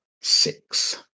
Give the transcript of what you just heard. six